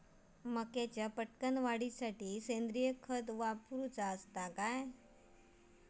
मक्याचो पटकन वाढीसाठी सेंद्रिय खत वापरूचो काय?